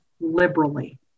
liberally